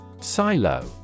Silo